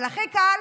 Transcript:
אבל הכי קל